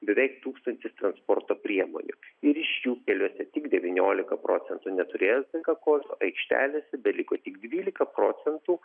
beveik tūkstantis transporto priemonių ir iš jų keliuose tik devyniolika procentų neturėjo es dė ka kodo aikštelėse beliko tik dvylika procentų